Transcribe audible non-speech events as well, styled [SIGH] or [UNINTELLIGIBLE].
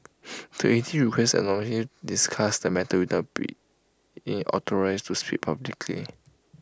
the aide requested anonymity to discuss the matter [UNINTELLIGIBLE] being in authorised to speak publicly